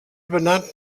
benannt